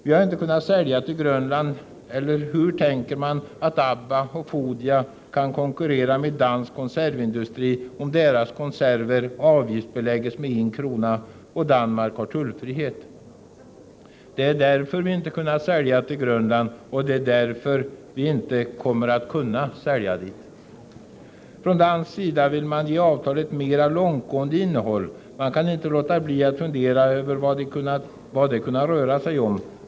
Vi har inte kunnat sälja till Grönland, eller hur tänker man att Abba och Foodia skall kunna konkurrera med dansk konservindustri om deras konserver avgiftsbeläggs med 1 kr. medan Danmark har tullfrihet. Det är därför vi inte har kunnat sälja till Grönland, och det är därför vi inte kommer att kunna sälja dit. Från dansk sida ville man ge avtalet ett mera långtgående innehåll. Jag kan inte låta bli att fundera över vad det kunnat röra sig om.